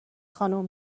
خانم